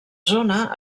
zona